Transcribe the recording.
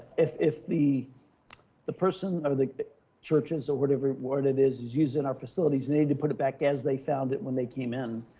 if if the the person or the churches or whatever, what it is, is using our facilities needed to put it back as they found it, when they came in,